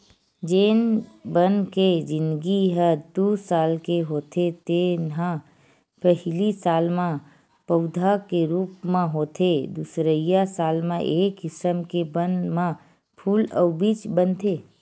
जेन बन के जिनगी ह दू साल के होथे तेन ह पहिली साल म पउधा के रूप म होथे दुसरइया साल म ए किसम के बन म फूल अउ बीज बनथे